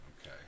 Okay